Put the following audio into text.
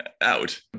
out